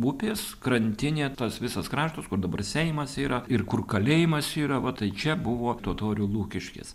upės krantinė tas visas kraštas kur dabar seimas yra ir kur kalėjimas yra va tai čia buvo totorių lukiškės